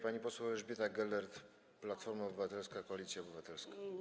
Pani poseł Elżbieta Gelert, Platforma Obywatelska - Koalicja Obywatelska.